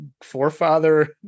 forefather